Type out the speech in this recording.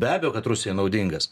be abejo kad rusijai naudingas